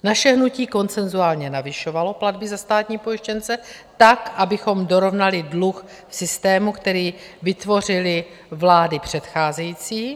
Naše hnutí konsenzuálně navyšovalo platby za státní pojištěnce tak, abychom dorovnali dluh v systému, který vytvořily vlády předcházející.